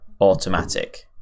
Automatic